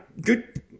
good